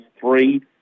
three